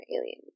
alien